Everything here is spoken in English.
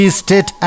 state